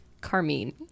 carmine